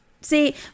See